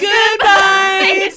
Goodbye